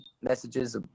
messages